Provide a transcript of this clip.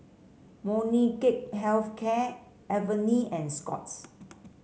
Molnylcke Health Care Avene and Scott's